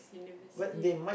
university or